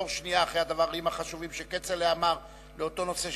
אחרי הדברים החשובים שכצל'ה אמר אני רוצה